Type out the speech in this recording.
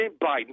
Biden